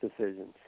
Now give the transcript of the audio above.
decisions